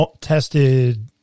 tested